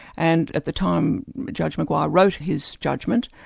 and at the time judge mcguire wrote his judgment,